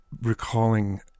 recalling